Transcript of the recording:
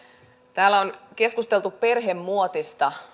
täällä on keskusteltu perhemuotista